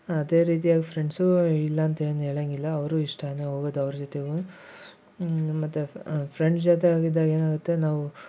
ಅದೇ ರೀತಿಯಾಗಿ ಫ್ರೆಂಡ್ಸಿಗೂ ಇಲ್ಲ ಅಂತ ಏನೂ ಹೇಳಂಗಿಲ್ಲ ಅವರೂ ಇಷ್ಟ ಅಂದರೆ ಹೋಗೋದ್ ಅವ್ರ ಜೊತೆಗೂ ಮತ್ತೆ ಫ್ರೆಂಡ್ಸ್ ಜೊತೆ ಹೋಗಿದ್ದಾಗ ಏನಾಗುತ್ತೆ ನಾವು